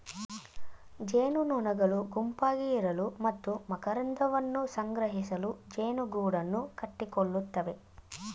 ಜೇನುನೊಣಗಳು ಗುಂಪಾಗಿ ಇರಲು ಮತ್ತು ಮಕರಂದವನ್ನು ಸಂಗ್ರಹಿಸಲು ಜೇನುಗೂಡನ್ನು ಕಟ್ಟಿಕೊಳ್ಳುತ್ತವೆ